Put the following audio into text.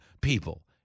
people